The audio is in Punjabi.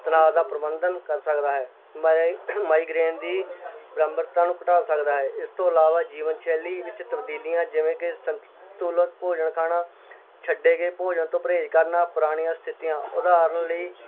ਤਣਾਅ ਦਾ ਪ੍ਰਬੰਧਨ ਕਰ ਸਕਦਾ ਹੈ ਮਾਈ ਮਾਈਗ੍ਰੇਨ ਦੀ ਬਾਰੰਬਾਰਤਾ ਨੂੰ ਘਟਾ ਸਕਦਾ ਹੈ ਇਸ ਤੋਂ ਇਲਾਵਾ ਜੀਵਨ ਸ਼ੈਲੀ ਵਿੱਚ ਤਬਦੀਲੀਆਂ ਜਿਵੇਂ ਕਿ ਸੰਤੁਲਿਤ ਭੋਜਨ ਖਾਣਾ ਛੱਡੇ ਗਏ ਭੋਜਨ ਤੋਂ ਪਰਹੇਜ਼ ਕਰਨਾ ਪੁਰਾਣੀਆਂ ਸਥਿਤੀਆਂ ਉਦਾਹਰਣ ਲਈ